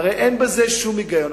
הרי אין בזה שום היגיון.